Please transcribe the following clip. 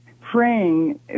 praying